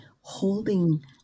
holding